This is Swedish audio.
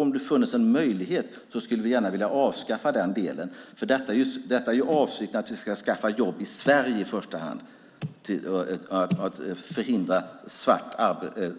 Om det funnes en möjlighet skulle vi gärna vilja avskaffa den delen. Avsikten är ju att vi i första hand ska skaffa jobb i Sverige och förhindra